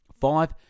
Five